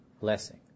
blessing